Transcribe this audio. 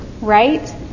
Right